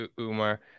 Umar